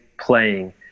playing